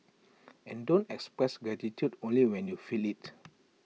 and don't express gratitude only when you feel IT